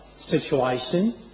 situation